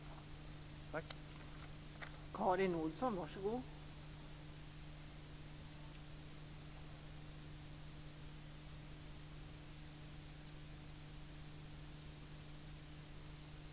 Tack!